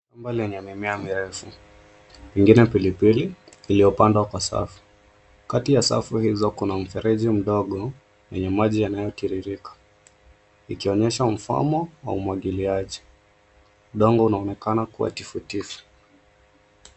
Shamba lenye mimea mirefu, pengine pilipili iliyopandwa kwa safu. Kati ya safu hizo kuna mfereji mdogo wenye maji yanayotirirka ikionyesha mfumo wa umwagiliaji. Udongo unaonekana kuwa tifutifu.